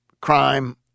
crime